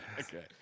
Okay